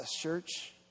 church